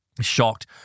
shocked